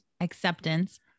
acceptance